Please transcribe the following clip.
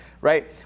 right